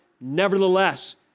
nevertheless